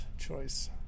choice